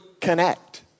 connect